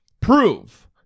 prove